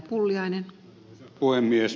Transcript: arvoisa puhemies